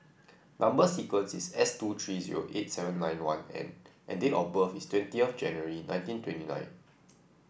number sequence is S two three zero eight seven nine one N and date of birth is twentieth of January nineteen twenty nine